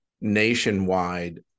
nationwide